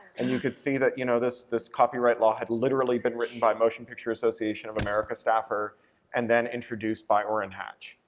and you could see that, you know, this this copyright law had literally been written by a motion pictures association of america staffer and then introduced by orrin hatch,